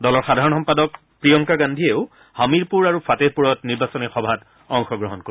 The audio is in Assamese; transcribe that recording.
দলৰ সাধাৰণ সম্পাদক প্ৰিয়ংকা গান্ধীয়েও হামিৰপুৰ আৰু ফাটেহপুৰত নিৰ্বাচনী সভাত অংশগ্ৰহণ কৰিব